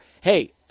Hey